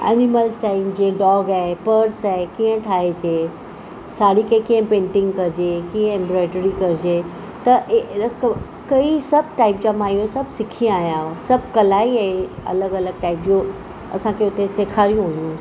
animals आहिनि जीअं dog आहे पर्स आहे कीअं ठाहिजे साड़ी खे कीअं पेंटिंग कजे कीअं एम्ब्रॉयडरी कजे त कई सभु टाइप जा मां ईअं सिखी आहियां सभु कला ई आहे अलॻि अलॻि टाइप जूं असांखे उते सेखारियूं हुयूं